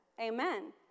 Amen